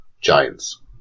giants